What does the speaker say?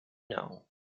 know